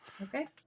Okay